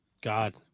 God